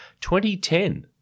2010